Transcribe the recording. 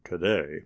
today